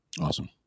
Awesome